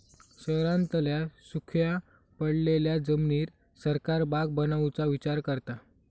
शहरांतल्या सुख्या पडलेल्या जमिनीर सरकार बाग बनवुचा विचार करता